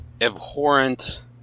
abhorrent